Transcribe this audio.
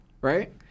right